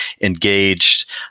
engaged